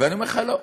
ואני אומר לך, לא.